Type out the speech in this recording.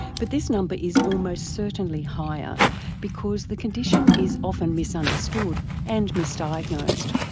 but this number is almost certainly higher because the condition is often misunderstood and misdiagnosed.